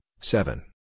seven